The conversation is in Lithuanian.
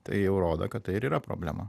tai jau rodo kad tai ir yra problema